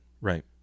Right